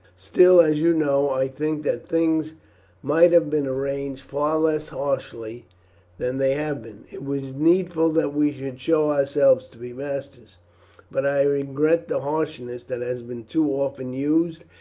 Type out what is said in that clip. still, as you know, i think that things might have been arranged far less harshly than they have been. it was needful that we should show ourselves to be masters but i regret the harshness that has been too often used,